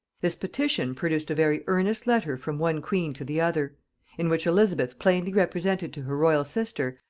this petition produced a very earnest letter from one queen to the other in which elizabeth plainly represented to her royal sister,